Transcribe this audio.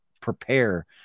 prepare